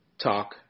talk